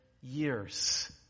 years